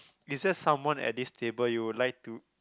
is just someone at this table you would like to